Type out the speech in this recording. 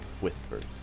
whispers